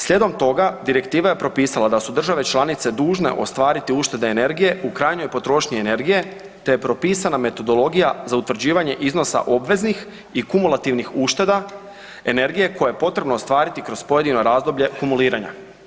Slijedom toga, direktiva je propisala da su države članice dužne ostvariti uštede energije u krajnjoj potrošnji energije te je propisana metodologija za utvrđivanje iznosa obveznih i kumulativnih ušteda energije koje je potrebno ostvariti kroz pojedino razdoblje kumuliranja.